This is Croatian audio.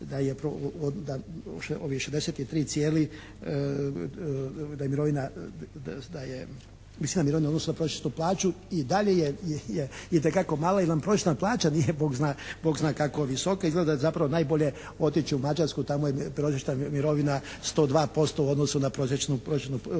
da je visina mirovine u odnosu na prosječnu plaću i dalje je itekako mala. Jedna prosječna plaća nije Bog zna kako visoka. Izgleda zapravo da je najbolje otići u Mađarsku, tamo je prosječna mirovina 102% u odnosu na prosječnu plaću.